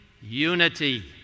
unity